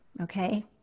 Okay